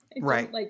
Right